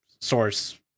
Source